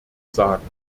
sagen